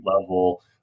level